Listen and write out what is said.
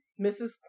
mrs